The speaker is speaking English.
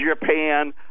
Japan